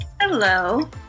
Hello